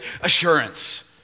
assurance